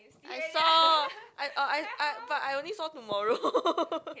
I saw I oh I I but I only saw tomorrow